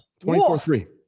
24-3